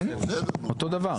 אותו דבר.